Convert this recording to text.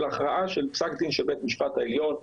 הכרעה של פסק דין של בית משפט העליון,